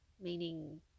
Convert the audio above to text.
meaning